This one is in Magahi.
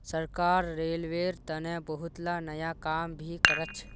सरकार रेलवेर तने बहुतला नया काम भी करछ